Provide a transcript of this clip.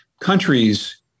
countries